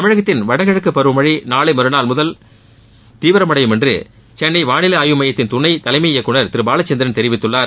தமிழகத்தில் வடகிழக்கு பருவமழை நாளை மறுநாள் முதல் தீவிரமடையும் என்று சென்னை வானிலை ஆய்வு மையத்தின் துணை தலைமை இயக்குநர் திரு பாலச்சந்திரன் தெரிவித்துள்ளார்